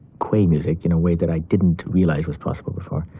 qua music in a way that i didn't realise was possible before.